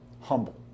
humble